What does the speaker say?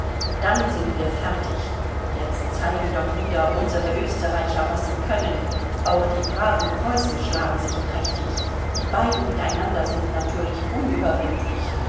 dann sind wir fertig jetzt zeigen doch wieder unsere österreicher was sie können auch die braven preußen schlagen sich prächtig die beiden miteinander sind natürlich unüberwindlich